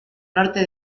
norte